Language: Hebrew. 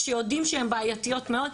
כשיודעים שהן בעיתיות מאוד,